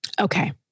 Okay